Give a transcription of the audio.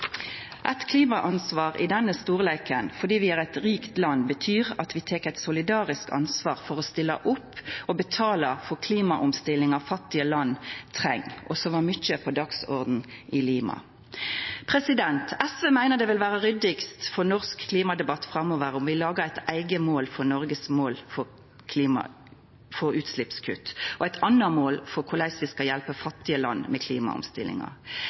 Eit klimaansvar i denne storleiken betyr at vi, fordi vi er eit rikt land, tek eit solidarisk ansvar for å stilla opp og betala for klimaomstillinga fattige land treng – det var mykje på dagsordenen i Lima. SV meiner det vil vera ryddigast for norsk klimadebatt framover om vi lagar eit eige mål for Noregs mål for utslippskutt og eit anna mål for korleis vi skal hjelpa fattige land med klimaomstillinga.